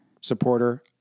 supporter